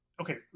okay